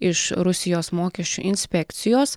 iš rusijos mokesčių inspekcijos